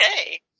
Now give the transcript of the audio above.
okay